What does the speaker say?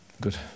Good